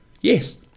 Yes